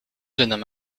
zinnen